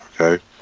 Okay